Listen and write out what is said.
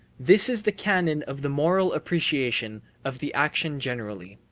this is the canon of the moral appreciation of the action generally.